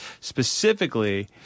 specifically